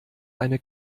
eine